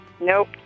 Nope